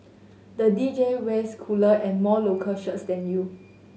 the D J wears cooler and more local shirts than you